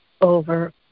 over